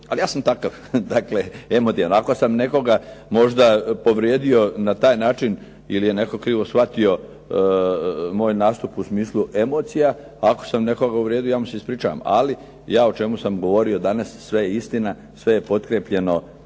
Ali ja sam takav. Dakle emotivan. Ako sam nekoga možda povrijedio na taj način ili je netko krivo shvatio moj nastup u smislu emocija, ako sam nekoga uvrijedio ja mu se ispričavam. Ali ja o čemu sam govorio danas sve je istina, sve je potkrijepljeno